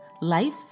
life